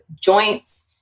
joints